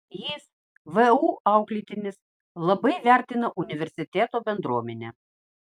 jis vu auklėtinis labai vertina universiteto bendruomenę